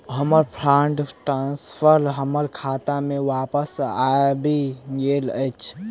हमर fund transfer हमर खाता मे बापस आबि गइल अछि